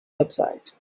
website